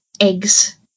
eggs